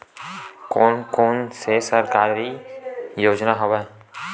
कोन कोन से सरकारी योजना हवय?